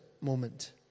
moment